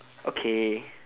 okay